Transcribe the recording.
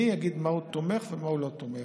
יגיד במה הוא תומך ומה הוא לא תומך.